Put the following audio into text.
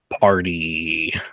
party